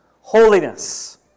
holiness